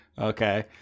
Okay